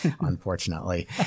unfortunately